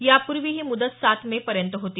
यापूर्वी ही मुदत सात मे पर्यंत होती